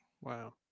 Wow